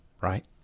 Right